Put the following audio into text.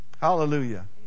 Hallelujah